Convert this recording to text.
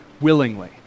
willingly